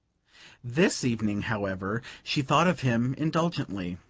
this evening, however, she thought of him indulgently.